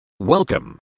Welcome